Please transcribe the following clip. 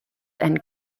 and